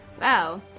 Wow